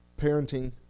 parenting